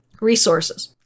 resources